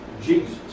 Jesus